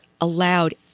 allowed